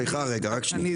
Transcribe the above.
ארבעת החודשים האלה